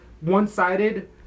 one-sided